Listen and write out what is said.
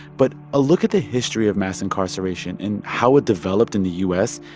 but a look at the history of mass incarceration and how it developed in the u s.